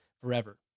forever